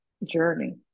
journey